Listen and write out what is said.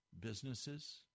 businesses